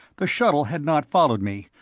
the shuttle had not followed me,